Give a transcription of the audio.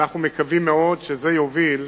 ואנחנו מקווים מאוד שזה יוביל